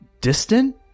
distant